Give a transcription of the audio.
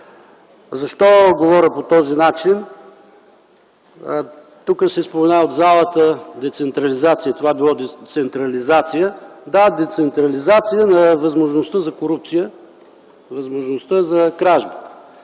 Защо говоря по този начин? В залата се споменава децентрализация, това било децентрализация. Да, децентрализация на възможността за корупция, на възможността за кражби.